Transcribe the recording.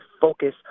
focus